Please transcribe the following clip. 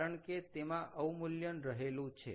કારણ કે તેમાં અવમૂલ્યન રહેલું છે